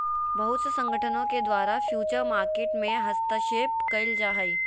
बहुत से संगठनों के द्वारा फ्यूचर मार्केट में हस्तक्षेप क़इल जा हइ